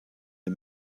the